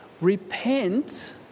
Repent